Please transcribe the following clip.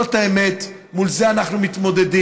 זאת האמת, מול זה אנחנו מתמודדים.